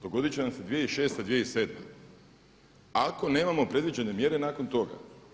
Dogoditi će nam se 2006. 2007. ako nemamo predviđene mjere nakon toga.